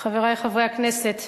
חברי חברי הכנסת,